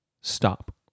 stop